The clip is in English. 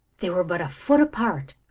they were but a foot apart,